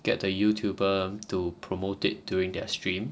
get the youtuber to promote it during their stream